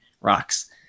rocks